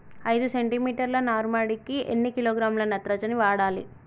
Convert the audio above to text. ఐదు సెంటిమీటర్ల నారుమడికి ఎన్ని కిలోగ్రాముల నత్రజని వాడాలి?